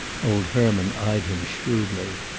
old herman eyed him shrewdly.